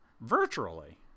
virtually